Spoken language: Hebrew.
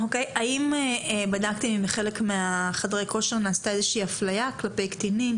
האם בדקתם אם בחלק מחדרי הכושר נעשתה איזושהי אפליה כלפי קטינים,